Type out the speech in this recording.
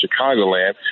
Chicagoland